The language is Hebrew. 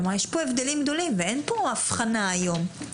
כלומר יש פה הבדלים גדולים ואין פה הבחנה היום.